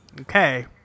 Okay